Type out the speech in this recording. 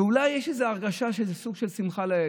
ואולי יש איזו הרגשה של איזה סוג של שמחה לאיד.